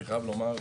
אני חייב לומר,